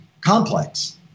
complex